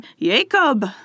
Jacob